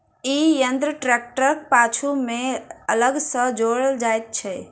ई यंत्र ट्रेक्टरक पाछू मे अलग सॅ जोड़ल जाइत छै